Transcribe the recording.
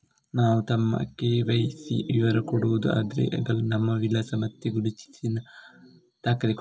ನಾವು ನಮ್ಮ ಕೆ.ವೈ.ಸಿ ವಿವರ ಕೊಡುದು ಅಂದ್ರೆ ನಮ್ಮ ವಿಳಾಸ ಮತ್ತೆ ಗುರುತಿನ ದಾಖಲೆ ಕೊಡುದು